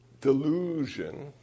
delusion